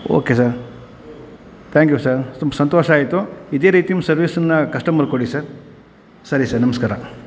okay sir thank you sir ತುಂಬ ಸಂತೋಷ ಆಯಿತು ಇದೇ ರೀತಿ ನಿಮ್ಮ ಸರ್ವಿಸ್ಸನ್ನು ಕಸ್ಟಮರ್ಗೆ ಕೊಡಿ ಸರ್ ಸರಿ ಸರ್ ನಮಸ್ಕಾರ